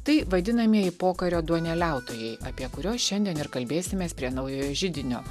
tai vadinamieji pokario duoneliautojai apie kuriuos šiandien ir kalbėsimės prie naujojo židinio